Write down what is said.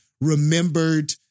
remembered